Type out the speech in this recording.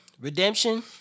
Redemption